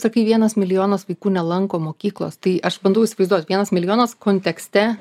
sakai vienas milijonas vaikų nelanko mokyklos tai aš bandau įsivaizduot vienas milijonas kontekste